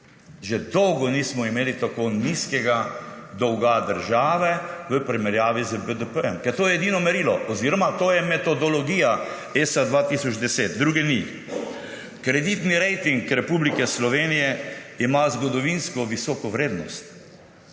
Že dolgo nismo imeli tako nizkega dolga države v primerjavi z BDP. Ker to je edino merilo oziroma to je metodologija ESA 2010. Druge ni. Kreditni rating Republike Slovenije ima zgodovinsko visoko vrednost.